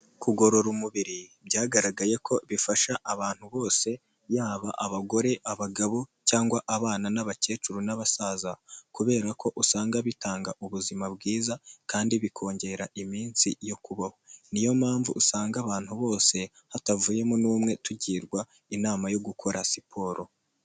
Kugorora umubiri byagaragaye ko bifasha abantu bose, yaba abagore, abagabo cyangwa abana n'abakecuru n'abasaza kubera ko usanga bitanga ubuzima bwiza kandi bikongera iminsi yo kubaho, niyo mpamvu usanga abantu bose hatavuyemo n'umwe tugirwa inama yo gukora siporo.